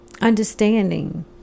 understanding